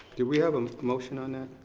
do we have a motion on that?